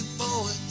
boy